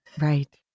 Right